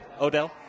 Odell